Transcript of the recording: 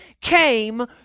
came